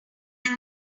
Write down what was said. pat